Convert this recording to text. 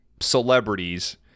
celebrities